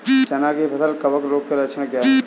चना की फसल कवक रोग के लक्षण क्या है?